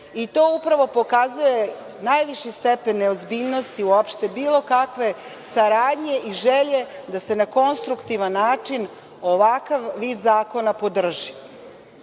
To upravo pokazuje najviši stepen neozbiljnosti uopšte bilo kakve saradnje i želje da se na konstruktivan način ovakav vid zakona podrži. Ono